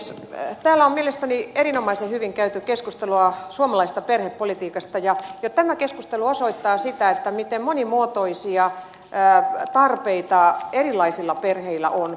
täällä on mielestäni erinomaisen hyvin käyty keskustelua suomalaisesta perhepolitiikasta ja jo tämä keskustelu osoittaa miten monimuotoisia tarpeita erilaisilla perheillä on